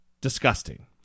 Disgusting